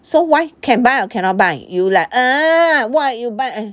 so why can buy or cannot buy you like err why you buy